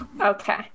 Okay